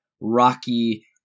rocky